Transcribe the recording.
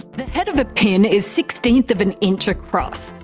the head of a pin is sixteenth of an inch across.